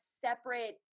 separate